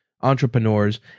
entrepreneurs